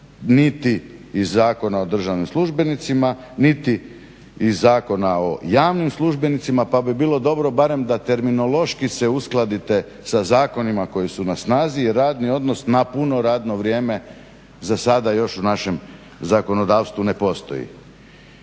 niti iz Zakona o državnim službenicima niti iz Zakona o javnim službenicima. Pa bi bilo dobro barem da terminološki se uskladite sa zakonima koji su na snazi jer radni odnos na puno radno vrijeme zasada još u našem zakonodavstvu ne postoji.